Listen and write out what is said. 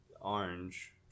orange